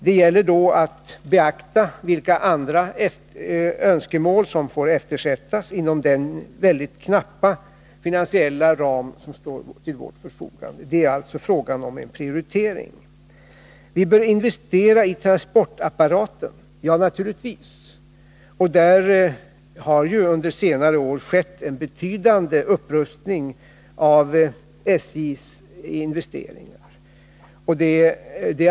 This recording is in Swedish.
Det gäller att beakta vilka andra önskemål som får eftersättas inom den väldigt knappa finansiella ram som står till vårt förfogande. Det är alltså fråga om en prioritering. Vi bör investera i transportapparaten, säger Thage Peterson. Ja, det bör vi naturligtvis göra. Det har också under senare år skett en betydande ökning av SJ:s investeringar.